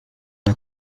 der